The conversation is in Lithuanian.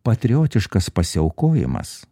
patriotiškas pasiaukojimas